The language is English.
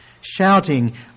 shouting